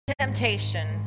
temptation